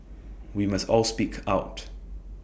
we must all speak out